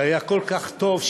זה היה כל כך טוב,